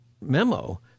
memo